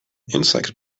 insect